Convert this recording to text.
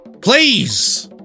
please